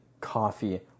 coffee